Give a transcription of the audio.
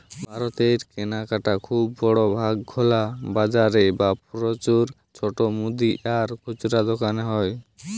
ভারতের কেনাকাটা খুব বড় ভাগ খোলা বাজারে বা প্রচুর ছোট মুদি আর খুচরা দোকানে হয়